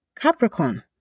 Capricorn